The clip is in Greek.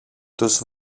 τους